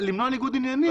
למנוע ניגוד עניינים.